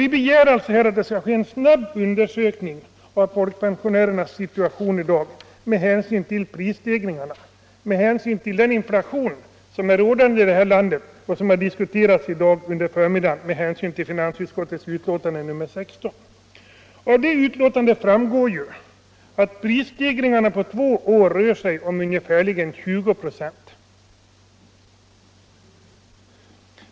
Vi begär en snabbundersökning av folkpensionärernas situation med hänsyn till prisstegringarna och den inflation som är rådande i detta land och som har diskuterats här på förmiddagen i samband med finansutskottets betänkande nr 16. Av detta betänkande framgår att prisstegringarna på två år rör sig om ungefär 20 96.